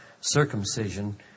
circumcision